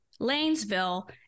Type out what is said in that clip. Lanesville